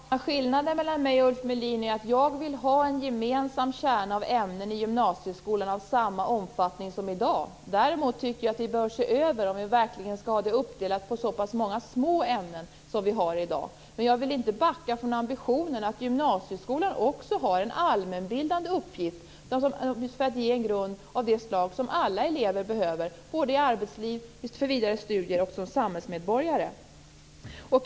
Herr talman! Skillnaden mellan Ulf Melin och mig är att jag vill ha en gemensam kärna av ämnen i gymnasieskolan av samma omfattning som i dag. Däremot tycker jag att vi bör se över om vi verkligen skall ha det uppdelat på så pass många små ämnen som i dag. Men jag vill inte backa från ambitionen att gymnasieskolan också har en allmänbildande uppgift. Den skall ge en grund av det slag som alla elever behöver i arbetsliv, för vidare studier och som samhällsmedborgare.